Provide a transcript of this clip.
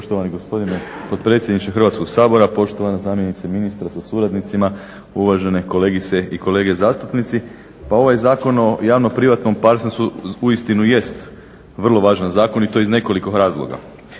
Poštovani gospodine potpredsjedniče Hrvatskog sabora, poštovana zamjenice ministra sa suradnicima, uvažene kolegice i kolege zastupnici. Pa ovaj Zakon o javno-privatnom partnerstvu uistinu jest vrlo važan zakon, i to iz nekoliko razloga.